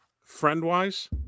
friend-wise